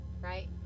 right